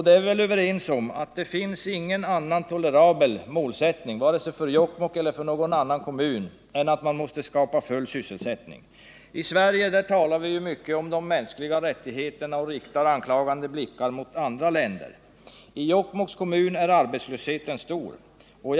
Det får inte finnas någon annan tolerabel målsättning, varken för Jokkmokk eller någon annan kommun, än att skapa full sysselsättning. I Sverige talar vi mycket om de mänskliga rättigheterna och riktar anklagande blickar mot andra länder. I Jokkmokks kommun är arbetslöshe Nr 142 ten stor.